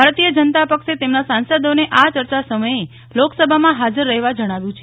ભારતીય જનતા પક્ષે તેમના સાંસદોને આ ચર્ચા સમયે લોકસભામાં હાજર રહેવા જણાવ્યું છે